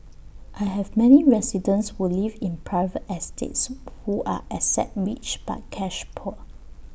I have many residents who live in private estates who are asset rich but cash poor